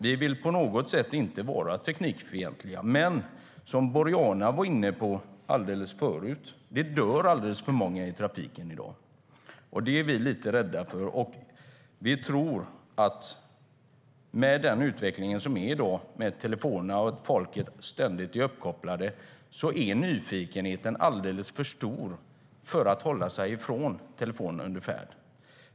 Vi vill inte på något sätt vara teknikfientliga. Men som Boriana var inne på förut dör det alldeles för många i trafiken i dag. Med den utveckling som pågår i dag, där folk ständigt är uppkopplade med sina telefoner, är nyfikenheten alldeles för stor för att man ska hålla sig ifrån telefonerna under färd.